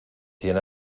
cien